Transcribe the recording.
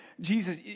Jesus